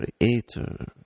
Creator